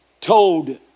told